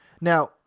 Now